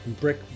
brick